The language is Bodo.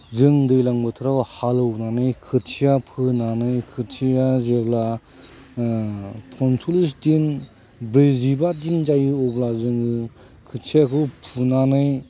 जों दैज्लां बोथोराव हालएवनानै खोथिया फोनानै खोथिया जेब्ला पन्चलिस दिन ब्रैजिबा दिन जायो अब्ला जोङो खोथियाखौ फुनानै